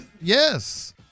Yes